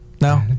no